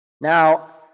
Now